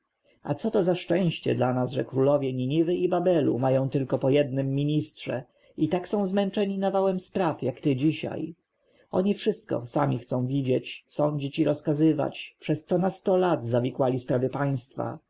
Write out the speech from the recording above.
to za szczęście dla nas że królowie niniwy i babelu mają tylko po jednym ministrze i tak są zmęczeni nawałem spraw jak ty dzisiaj oni wszystko sami chcą widzieć sądzić i rozkazywać przez co na sto lat zawikłali sprawy państwa